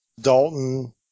Dalton